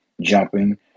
jumping